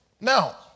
Now